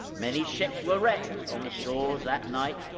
many ships were wrecked on the shores that night,